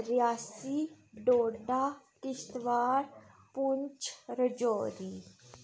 Reasi Doda Kishtwar Poonch Rajouri